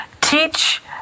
Teach